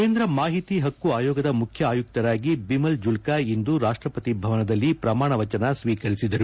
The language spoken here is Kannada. ಕೇಂದ್ರ ಮಾಹಿತಿ ಹಕ್ಕು ಆಯೋಗದ ಮುಖ್ಯ ಆಯುಕ್ತರಾಗಿ ಬಿಮಲ್ ಜುಲ್ತಾ ಇಂದು ರಾಷ್ಟಪತಿ ಭವನದಲ್ಲಿ ಪ್ರಮಾಣವಚನ ಸ್ವೀಕರಿಸಿದರು